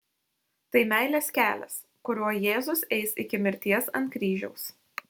tai meilės kelias kuriuo jėzus eis iki mirties ant kryžiaus